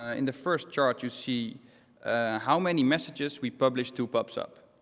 ah in the first chart, you see how many messages we publish to pub sub.